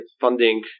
funding